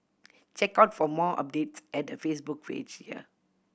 check out for more updates at her Facebook page here